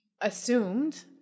assumed